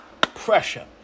pressure